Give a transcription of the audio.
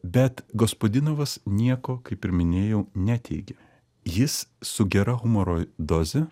bet gospadinovas nieko kaip ir minėjau neteigia jis su gera humoro doze